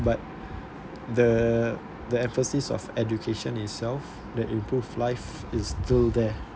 but the the emphasis of education itself that improve life is still there